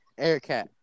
Aircat